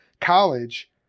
college